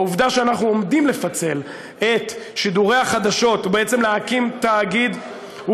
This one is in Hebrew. העובדה שאנחנו עומדים לפצל את שידורי החדשות ובעצם להקים תאגיד,